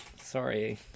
sorry